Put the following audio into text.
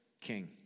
king